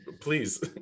please